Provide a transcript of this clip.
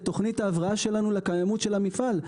תוכנית ההבראה שלנו לקיימות של המפעל.